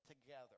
together